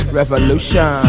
revolution